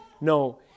No